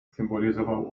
symbolizował